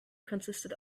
consisted